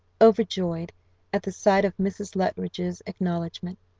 overjoyed at the sight of mrs. luttridge's acknowledgment,